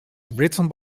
written